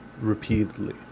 repeatedly